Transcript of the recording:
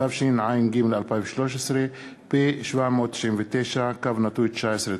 התשע"ג 2013, פ/799/19.